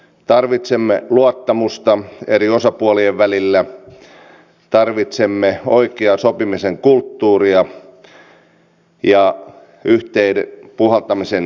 tarvitsemme luottamusta eri osapuolien välillä tarvitsemme oikeaa sopimisen kulttuuria ja yhteen puhaltamisen henkeä